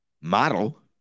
model